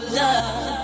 love